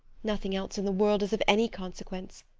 nothing else in the world is of any consequence.